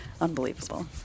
unbelievable